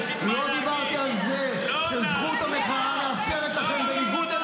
לא תחליט ליועמ"שית מה להגיד.